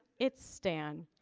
it's stan.